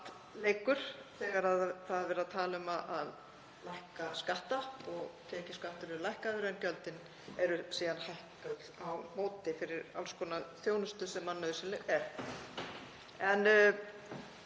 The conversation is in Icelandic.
platleikur þegar talað er um að lækka skatta og tekjuskatturinn lækkaður, en gjöldin eru síðan hækkuð á móti fyrir alls konar þjónustu sem nauðsynleg er. En